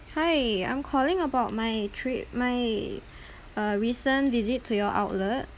hi I'm calling about my trip my uh recent visit to your outlet